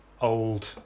old